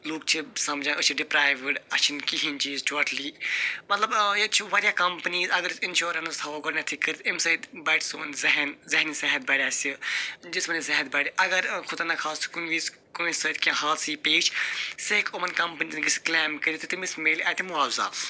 لُکھ چھِ سمجھن أسۍ چھِ ڈِپرٛایوٕڈ اَسہِ چھُنہٕ کِہیٖنۍ چیٖز ٹوٹلی مطلب ییٚتہِ چھُ وارِیاہ کمپٔنیٖز اگر أسۍ اِنشورٮ۪نٕس تھُاوو گۄڈنٮ۪تھٕے کٔرِتھ اَمہِ سۭتۍ بڑِ سون ذہن ذہنی صحت بَڑِ اَسہِ جِسمٲنی صحت بَڑِ اگر خُدانخوستہٕ کُنہِ وِزِ کٲنٛسہِ سۭتۍ کیٚنٛہہ حادثہٕ یی پیش سُہ ہیٚکہِ یِمن کمپٔنیٖزن کِلیم کٔرِتھ تہٕ تٔمِس مِلہِ اَتہِ معاوضہ